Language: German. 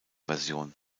version